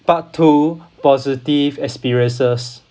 part two positive experiences